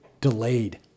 delayed